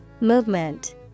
Movement